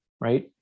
right